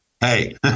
hey